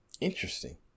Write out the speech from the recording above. Interesting